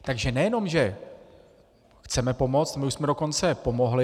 Takže nejenom že chceme pomoci, my už jsme dokonce pomohli.